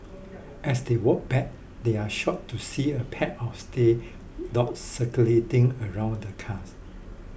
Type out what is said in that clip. as they walked back they are shocked to see a pack of stay dogs circulating around the cars